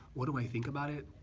what do i think about it?